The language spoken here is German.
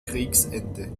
kriegsende